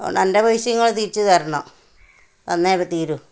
അതുകൊണ്ട് എന്റെ പൈസ നിങ്ങൾ തിരിച്ചു തരണം തന്നേ തീരു